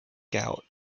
gout